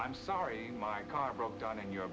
i'm sorry my car broke down in your